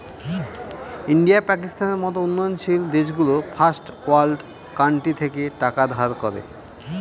India, পাকিস্তানের মত উন্নয়নশীল দেশগুলো ফার্স্ট ওয়ার্ল্ড কান্ট্রি থেকে টাকা ধার করে